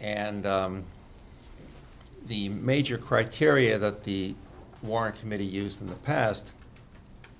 and the major criteria that the warrant committee used in the past